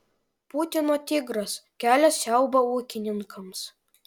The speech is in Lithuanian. putino tigras kelia siaubą ūkininkams